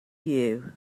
you